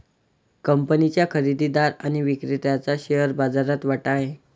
कंपनीच्या खरेदीदार आणि विक्रेत्याचा शेअर बाजारात वाटा आहे